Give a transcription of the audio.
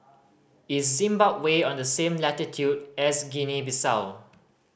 is Zimbabwe on the same latitude as Guinea Bissau